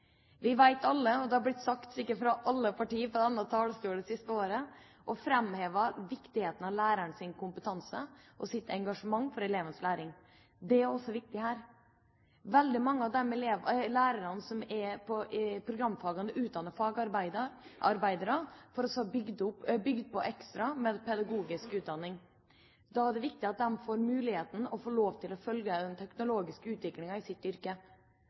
Vi vet alle – og det er blitt sagt sikkert fra alle partiene fra denne talerstolen det siste året – viktigheten av lærerens kompetanse og engasjement for elevenes læring, det er også viktig her. Veldig mange av lærerne på programfagene er utdannede fagarbeidere som har bygd på ekstra med pedagogisk utdanning. Da er det viktig at de får muligheten til, og får lov til, å følge den teknologiske utviklingen i sitt yrke.